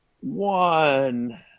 one